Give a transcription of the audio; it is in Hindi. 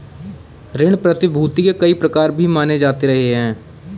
ऋण प्रतिभूती के कई प्रकार भी माने जाते रहे हैं